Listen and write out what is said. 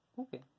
Okay